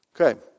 Okay